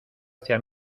hacia